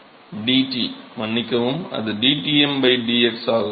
மாணவர் dT மன்னிக்கவும் அது dTm dx ஆகும்